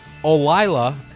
Olila